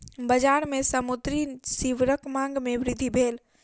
बजार में समुद्री सीवरक मांग में वृद्धि भेल